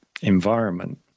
environment